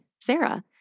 Sarah